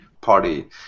party